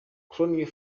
colonial